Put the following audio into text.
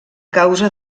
causa